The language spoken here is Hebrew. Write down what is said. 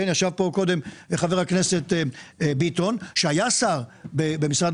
ישב כאן קודם חבר הכנסת ביטון שהיה שר במשרד